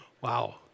Wow